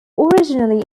originally